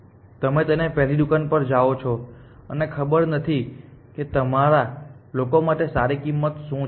તેથી તમે પહેલી દુકાને જાઓ અને મને ખબર નથી કે તમારા લોકો માટે સારી કિંમત શું છે